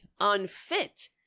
unfit